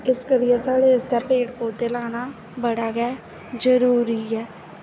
इस करियै साढ़े आस्तै पेड़ पौधे लाना बड़ा गै जरूरी ऐ